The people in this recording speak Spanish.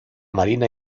marina